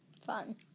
Fun